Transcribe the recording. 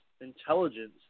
intelligence